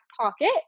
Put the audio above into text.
pocket